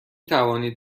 توانید